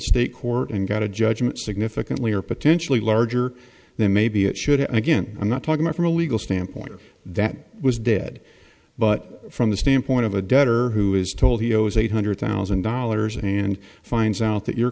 state court and got a judgment significantly or potentially larger than maybe it should have and again i'm not talking from a legal standpoint that was dead but from the standpoint of a debtor who is told he owes eight hundred thousand dollars and finds out that your